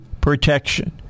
protection